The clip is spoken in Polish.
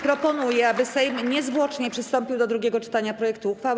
Proponuję, aby Sejm niezwłocznie przystąpił do drugiego czytania projektu uchwały.